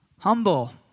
Humble